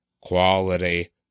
quality